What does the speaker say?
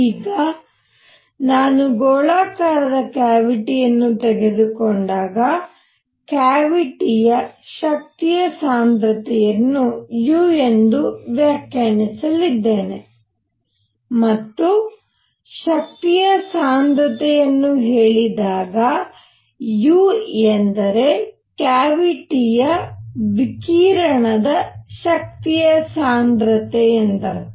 ಈಗ ನಾನು ಗೋಳಾಕಾರದ ಕ್ಯಾವಿಟಿಯನ್ನು ತೆಗೆದುಕೊಂಡಾಗ ಕ್ಯಾವಿಟಿಯ ಶಕ್ತಿ ಸಾಂದ್ರತೆಯನ್ನು u ಎಂದು ವ್ಯಾಖ್ಯಾನಿಸಲಿದ್ದೇನೆ ಮತ್ತು ಶಕ್ತಿಯ ಸಾಂದ್ರತೆಯನ್ನು ಹೇಳಿದಾಗ u ಎಂದರೆ ಕ್ಯಾವಿಟಿಯ ವಿಕಿರಣದ ಶಕ್ತಿಯ ಸಾಂದ್ರತೆ ಎಂದರ್ಥ